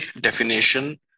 definition